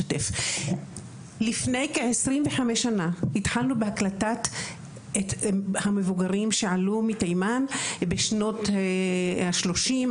לפני כ-25 שנה התחלנו בהקלטת המבוגרים שעלו בתימן בשנות ה-30,